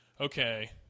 okay